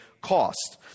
cost